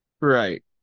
Right